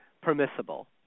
permissible